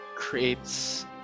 creates